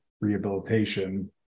rehabilitation